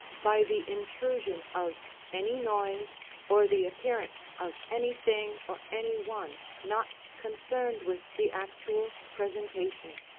by the intrusion of any noise or the appearance of anything or anyone not concerned with the actual presentation.